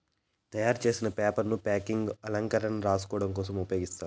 తయారు చేసిన పేపర్ ను ప్యాకేజింగ్, అలంకరణ, రాసుకోడం కోసం ఉపయోగిస్తారు